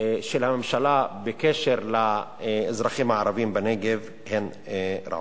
של הממשלה בקשר לאזרחים הערבים בנגב הן רעות.